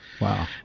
Wow